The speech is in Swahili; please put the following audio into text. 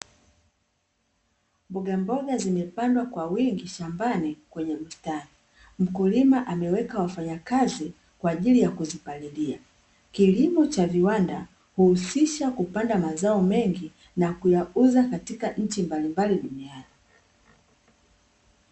Mboga mboga zimepandwa kwa wingi shambani kwenye mstari, mkulima ameweka wafanya kazi kwaajili ya kuzipalilia. Kilimo cha viwanda huisisha kupanda mazao mengi na kuyauza katika nchi mbalimbali duniani.